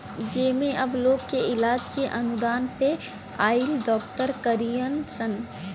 जेमे अब लोग के इलाज अनुदान पे आइल डॉक्टर करीहन सन